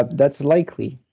but that's likely.